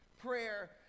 prayer